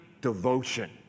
devotion